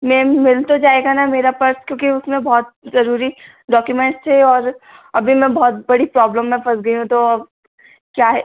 ma'am मिल तो जाएगा ना मेरा पर्स क्योंकि उस में बहुत ज़रूरी डौक्यूमेंट्स थे और अभी मैं बहुत बड़ी प्रौब्लम में फस गई हूँ तो अब क्या है